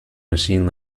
machine